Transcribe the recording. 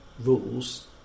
rules